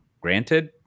granted